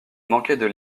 manquaient